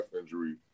injury